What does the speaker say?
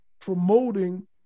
promoting